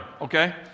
okay